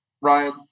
Ryan